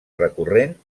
recurrent